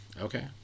Okay